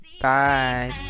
Bye